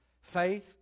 faith